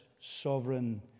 sovereign